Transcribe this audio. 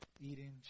eating